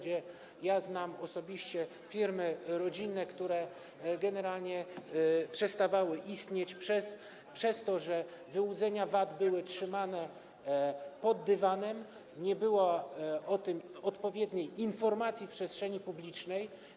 Znam osobiście firmy rodzinne, które generalnie przestawały istnieć wskutek tego, że wyłudzenia VAT były trzymane pod dywanem, nie było o tym odpowiedniej informacji w przestrzeni publicznej.